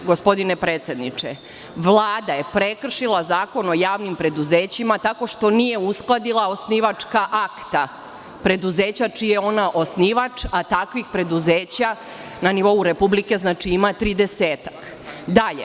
Gospodine predsedniče, Vlada je prekršila Zakon o javnim preduzećima, tako što nije uskladila osnivačka akta preduzeća čiji je ona osnivač, a takvih preduzeća na nivou Republike ima tridesetak.